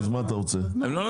לא נותנים.